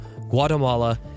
Guatemala